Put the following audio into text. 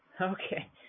Okay